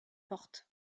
porte